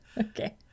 okay